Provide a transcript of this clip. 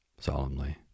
solemnly